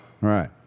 Right